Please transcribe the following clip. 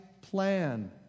plan